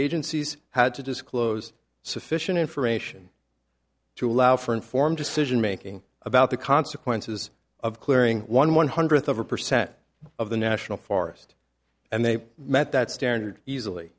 agencies had to disclose sufficient information to allow for informed decision making about the consequences of clearing one one hundredth of a percent of the national forest and they met that standard easily